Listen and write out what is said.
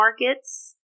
markets